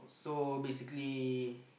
so basically